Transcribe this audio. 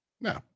No